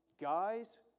guys